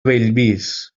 bellvís